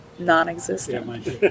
non-existent